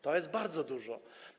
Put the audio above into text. To jest bardzo dużo.